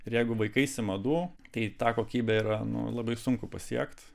ir jeigu vaikaisi madų tai ta kokybę yra nu labai sunku pasiekti